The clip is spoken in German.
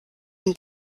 den